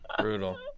brutal